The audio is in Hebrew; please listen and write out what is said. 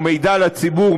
או מידע לציבור,